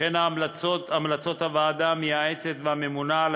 וכן המלצות הוועדה המייעצת והממונה על